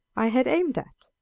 i had aimed at.